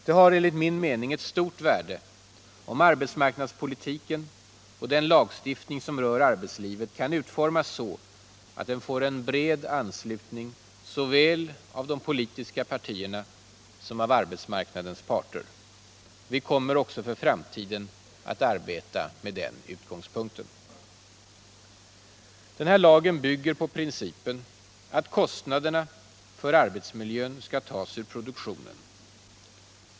Det har enligt min mening ett stort värde om arbetsmarknadspolitiken och den lagstiftning som rör arbetslivet kan utformas så att den får en bred anslutning såväl av de politiska partierna som av arbetsmarknadens parter. Vi kommer även för framtiden att arbeta med den utgångspunkten. Denna lag bygger på principen att kostnaderna för arbetsmiljön skall tas ur produktionen.